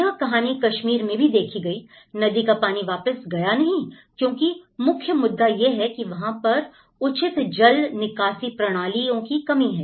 यही कहानी कश्मीर में भी देखी गई नदी का पानी वापस गया नहीं क्योंकि मुख्य मुद्दा यह है कि वहां पर उचित जल निकासी प्रणालियों की कमी है